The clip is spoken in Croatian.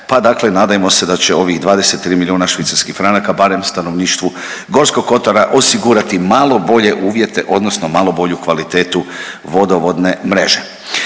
pa dakle nadajmo se da će ovih 23 milijuna švicarskih franaka barem stanovništvu Gorskog kotara osigurati malo bolje uvjete odnosno malo bolju kvalitetu vodovodne mreže.